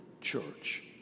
Church